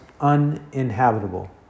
uninhabitable